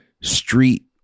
street